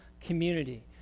community